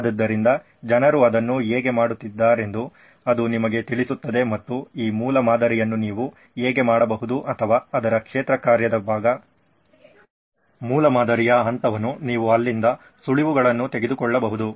ಆದ್ದರಿಂದ ಜನರು ಅದನ್ನು ಹೇಗೆ ಮಾಡಿದ್ದಾರೆಂದು ಅದು ನಿಮಗೆ ತಿಳಿಸುತ್ತದೆ ಮತ್ತು ಈ ಮೂಲಮಾದರಿಯನ್ನು ನೀವು ಹೇಗೆ ಮಾಡಬಹುದು ಅಥವಾ ಅದರ ಕ್ಷೇತ್ರ ಕಾರ್ಯದ ಭಾಗ ಮೂಲಮಾದರಿಯ ಹಂತವನ್ನು ನೀವು ಅಲ್ಲಿಂದ ಸುಳಿವುಗಳನ್ನು ತೆಗೆದುಕೊಳ್ಳಬಹುದು